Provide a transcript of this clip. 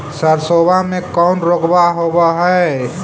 सरसोबा मे कौन रोग्बा होबय है?